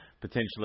potentially